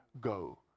go